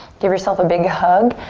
give yourself a big hug.